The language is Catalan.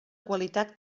qualitat